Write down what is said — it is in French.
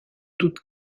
toute